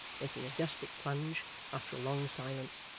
making a desperate plunge, after a long silence,